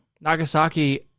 Nagasaki